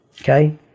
okay